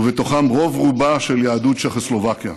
ובתוכם רוב-רובה של יהדות צ'כוסלובקיה.